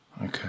Okay